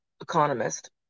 economist